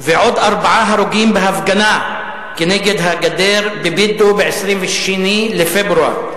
ועוד ארבעה הרוגים בהפגנה כנגד הגדר בבידו ב-22 בפברואר: